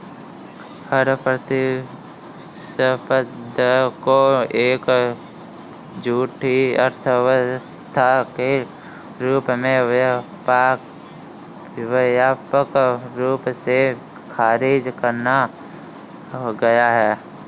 कर प्रतिस्पर्धा को एक झूठी अर्थव्यवस्था के रूप में व्यापक रूप से खारिज करा गया है